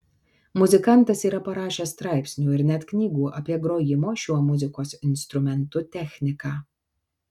muzikantas yra parašęs straipsnių ir net knygų apie grojimo šiuo muzikos instrumentu techniką